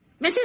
Mrs